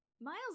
Miles